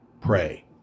Pray